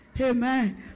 Amen